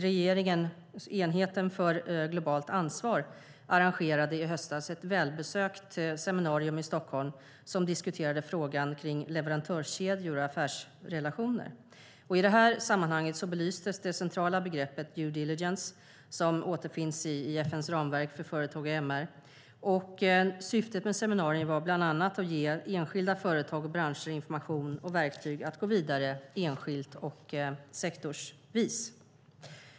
Regeringens enhet för globalt ansvar arrangerade i höstas ett välbesökt seminarium i Stockholm som diskuterade frågan om leverantörskedjor och affärsrelationer. I detta sammanhang belystes det centrala begreppet due diligence som återfinns i FN:s ramverk för företag och MR. Syftet med seminariet var bland annat att ge enskilda företag och branscher information och verktyg att gå vidare enskilt och sektorsvis.